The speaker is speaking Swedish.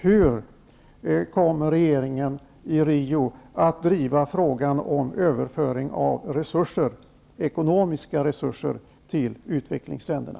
Hur kommer regeringen att i Rio, driva frågan om överföring av ekonomiska resurser till utvecklingsländerna?